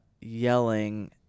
yelling